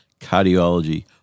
cardiology